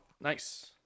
Nice